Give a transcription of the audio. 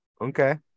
Okay